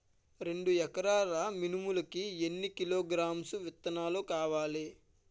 రెండు ఎకరాల మినుములు కి ఎన్ని కిలోగ్రామ్స్ విత్తనాలు కావలి?